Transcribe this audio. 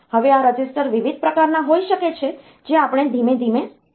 હવે આ રજીસ્ટર વિવિધ પ્રકારના હોઈ શકે છે જે આપણે ધીમે ધીમે જોઈશું